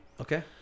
Okay